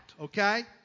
okay